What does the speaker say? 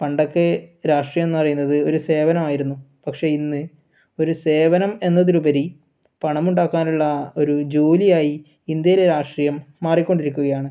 പണ്ടോക്കെ രാഷ്ട്രീയംന്ന് പറയുന്നത് ഒരു സേവനമായിരുന്നു പക്ഷേ ഇന്ന് ഒരു സേവനം എന്നതിലുപരി പണമുണ്ടാക്കാനുള്ള ഒരു ജോലിയായി ഇന്ത്യയിലെ രാഷ്ട്രീയം മാറിക്കൊണ്ടിരിക്കുകയാണ്